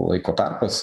laiko tarpas